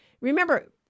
remember